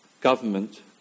government